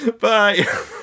Bye